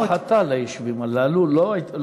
הייתה הפחתה ליישובים הללו, לא חתכו אותם.